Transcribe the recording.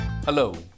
Hello